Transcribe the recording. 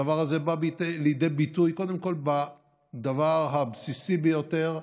הדבר הזה בא לידי ביטוי קודם כול בדבר הבסיסי ביותר,